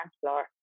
floor